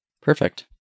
Perfect